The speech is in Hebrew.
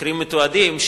מקרים מתועדים,